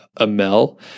Amel